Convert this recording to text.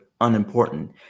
unimportant